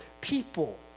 people